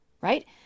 right